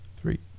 Three